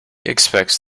expects